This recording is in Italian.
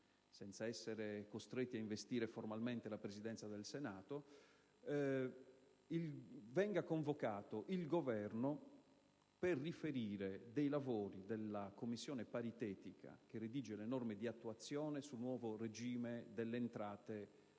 senza essere costretti ad investire formalmente la Presidenza del Senato - venga convocato per riferire dei lavori della Commissione paritetica che redige le norme di attuazione sul nuovo regime delle entrate